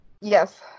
Yes